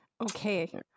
Okay